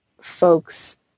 folks